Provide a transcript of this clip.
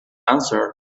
answered